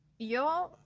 yo